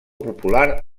popular